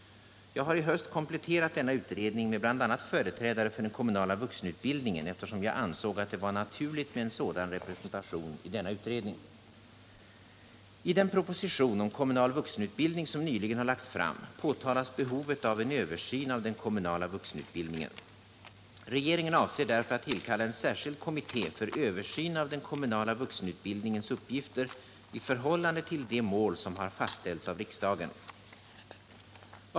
Jag har i höst kompletterat denna utredning med bl.a. företrädare för den kommunala vuxenutbildningen, eftersom jag ansåg att det var naturligt med en sådan representation i denna utredning. I den proposition om kommunal vuxenutbildning som nyligen har lagts fram, pekas på behovet av en översyn av den 119 kommunala vuxenutbildningen. Regeringen avser därför att tillkalla en särskild kommitté för översyn av den kommunala vuxenutbildningens uppgifter i förhållande till de mål som har fastställts av riksdagen.